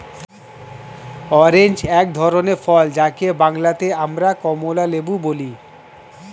orange এক ধরনের ফল যাকে বাংলাতে আমরা কমলালেবু বলি